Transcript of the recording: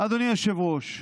אדוני היושב-ראש,